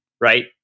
right